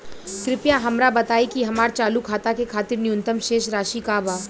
कृपया हमरा बताइ कि हमार चालू खाता के खातिर न्यूनतम शेष राशि का बा